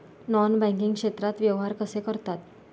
Non banking क्षेत्रात व्यवहार कसे करतात?